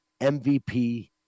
MVP